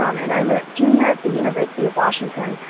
um and i am a junior at the university of washington.